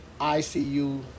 ICU